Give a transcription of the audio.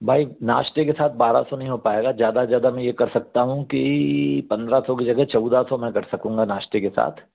भाई नाश्ते के साथ बारह सौ नहीं हो पाएगा ज़्यादा ज़्यादा में ये कर सकता हूँ कि पंद्रह सौ की जगह चौदह सौ मैं कर सकूँगा नाश्ते के साथ